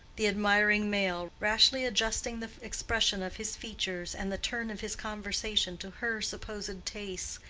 the admiring male, rashly adjusting the expression of his features and the turn of his conversation to her supposed tastes,